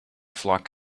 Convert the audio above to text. flock